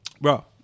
Bro